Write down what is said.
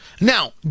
Now